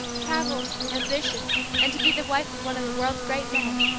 travelled, ambitious, and to be the wife of one of the world's great men,